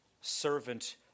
servant